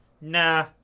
nah